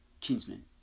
kinsman